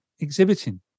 exhibiting